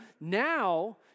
Now